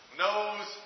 knows